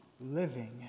living